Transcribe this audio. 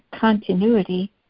continuity